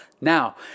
Now